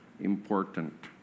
important